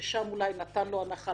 ששם אולי נתן לו הנחה,